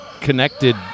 connected